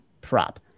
prop